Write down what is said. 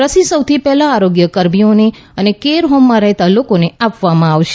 રસી સૌથી પહેલા આરોગ્ય કર્મીઓને કેયર હોમમાં રહેતા લોકોને આપવામાં આવશે